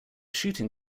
shooting